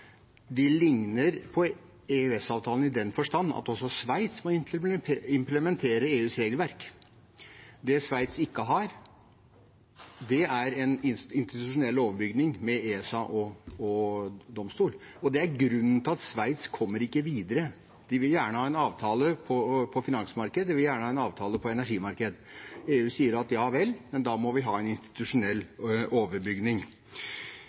De ligner på EØS-avtalen i den forstand at også Sveits må implementere EUs regelverk. Det Sveits ikke har, er en institusjonell overbygning, med ESA og domstol, og det er grunnen til at Sveits ikke kommer videre. De vil gjerne ha en avtale på finansmarked, de vil gjerne ha en avtale på energimarked. EU sier ja vel, men da må vi ha en institusjonell overbygning.